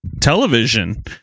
television